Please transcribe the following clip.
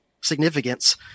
significance